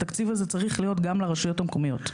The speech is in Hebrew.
התקציב הזה צריך להיות גם לרשויות המקומיות.